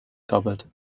cupboard